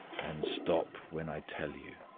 and stop when i tell you.